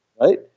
right